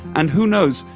and who knows?